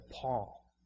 Paul